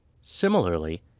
Similarly